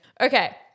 Okay